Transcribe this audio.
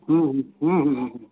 ᱦᱮᱸ ᱦᱮᱸ ᱦᱮᱸ ᱦᱮᱸ